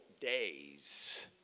days